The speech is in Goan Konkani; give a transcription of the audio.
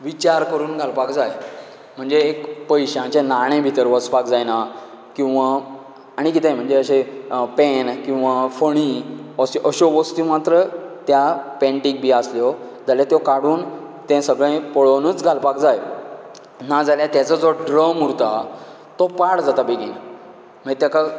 विचार करून घालपाक जाय म्हणजे एक पयशांचे नाणें भितर वचपाक जायना किंवां आनी कितें म्हणजे अशें पेन किंवां फणी अश अश्यो वस्तीं मात्र त्या पेन्टीक बीन आसल्यो जाल्यार त्यो काडून ते सगळें पळोवनच घालपाक जाय नाजाल्यार तेचो जो ड्रम उरता तो पाड जाता बेगीन मागीर तेका